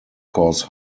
cause